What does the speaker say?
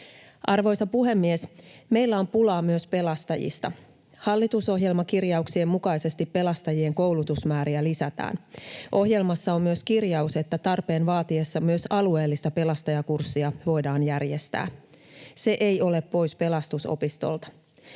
Arvoisa puhemies! Meillä on pulaa myös pelastajista. Hallitusohjelmakirjauksien mukaisesti pelastajien koulutusmääriä lisätään. Ohjelmassa on myös kirjaus, että tarpeen vaatiessa myös alueellista pelastajakurssia voidaan järjestää. Se ei ole pois Pelastusopistolta.